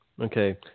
Okay